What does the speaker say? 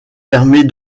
permet